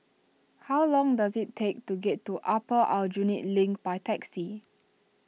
how long does it take to get to Upper Aljunied Link by taxi